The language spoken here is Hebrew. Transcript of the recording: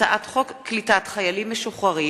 הצעת חוק קליטת חיילים משוחררים